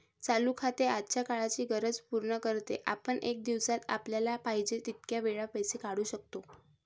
चालू खाते आजच्या काळाची गरज पूर्ण करते, आपण एका दिवसात आपल्याला पाहिजे तितक्या वेळा पैसे काढू शकतो